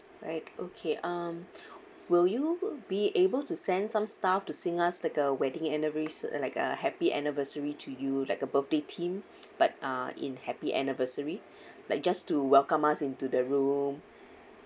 alright okay um will you be able to send some staffs to sing us like a wedding anniver~ like a happy anniversary to you like a birthday theme but uh in happy anniversary like just to welcome us into the room